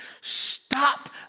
Stop